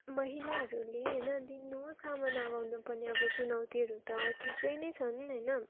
महिलाहरूले होइन दिनहुँ सामना गर्नु पर्ने अब चुनौतीहरू त थुप्रै नै छन् होइन